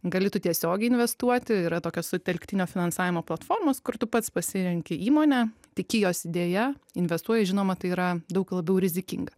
gali tu tiesiogiai investuoti yra tokios sutelktinio finansavimo platformos kur tu pats pasirenki įmonę tiki jos idėja investuoji žinoma tai yra daug labiau rizikinga